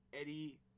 Eddie